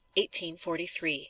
1843